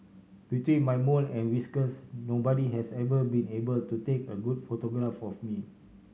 between my mole and whiskers nobody has ever been able to take a good photograph of me